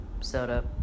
soda